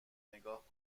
نگاه